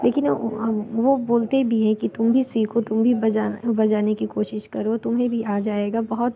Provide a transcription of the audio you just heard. लेकिन वो बोलते भी है कि तुम भी सीखो तुम भी बजा बजाने की कोशिश करो तुम्हें भी आ जाएगा बहुत